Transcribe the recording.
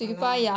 !hanna!